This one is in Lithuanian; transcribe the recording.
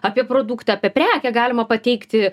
apie produktą apie prekę galima pateikti